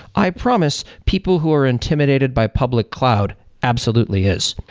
i promise, people who are intimidated by public cloud absolutely is.